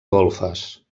golfes